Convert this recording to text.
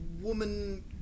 woman